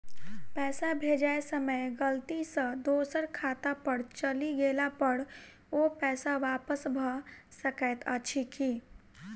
पैसा भेजय समय गलती सँ दोसर खाता पर चलि गेला पर ओ पैसा वापस भऽ सकैत अछि की?